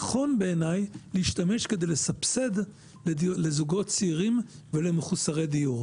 נכון בעיניי להשתמש כדי לסבסד לזוגות צעירים ולמחוסרי דיור.